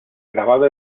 grabado